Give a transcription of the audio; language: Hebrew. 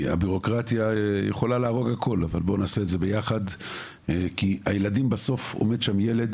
הבירוקרטיה יכולה להרוג הכול אבל בואו נעשה את זה יחד כי בסוף יש שם ילד